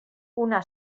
una